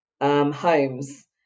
homes